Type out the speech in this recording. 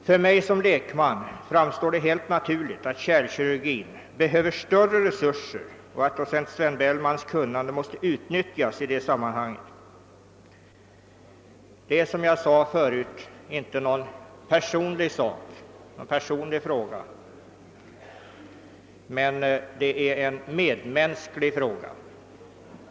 För mig som lekman framstår det som helt naturligt att kärlkirurgin behöver större resurser och att docent Sven Bellmans kunskaper bör utnyttjas. Detta är som sagt inte någon personlig fråga det är en fråga om medmänsklighet.